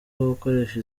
gukoresha